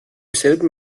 selben